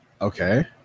Okay